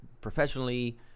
Professionally